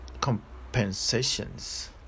compensations